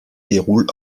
déroule